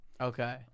Okay